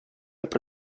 alla